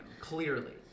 Clearly